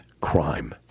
crime